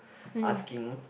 asking